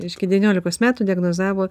reiškia devyniolikos metų diagnozavo